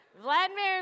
Vladimir